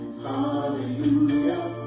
Hallelujah